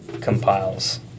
compiles